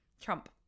Trump